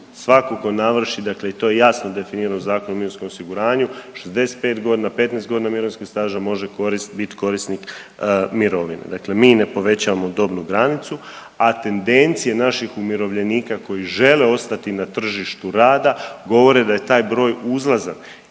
Svatko tko navrši, dakle i to je jasno definirano Zakonom o mirovinskom osiguranju 65 godina, 15 godina mirovinskog staža može koristiti korisnik mirovine. Dakle, mi ne povećavamo dobnu granicu, a tendencije naših umirovljenika koji žele ostati na tržištu rada govore da je taj broj uzlazan.